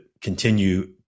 continue